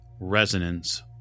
resonance